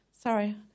Sorry